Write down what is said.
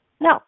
No